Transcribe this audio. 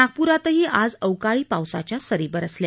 नागपुरातही आज अवकाळी पावसाच्या सरी बरसल्या